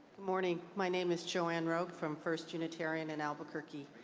morning. my name is joanne rowe from first unitarian in albuquerque.